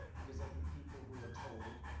because i think people who are told